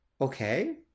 okay